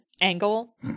angle